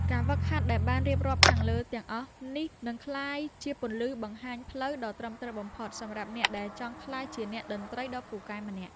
ការហ្វឹកហាត់ដែលបានរៀបរាប់ខាងលើទាំងអស់នេះនឹងក្លាយជាពន្លឺបង្ហាញផ្លូវដ៏ត្រឹមត្រូវបំផុតសម្រាប់អ្នកដែលចង់ក្លាយជាអ្នកតន្ត្រីដ៏ពូកែម្នាក់។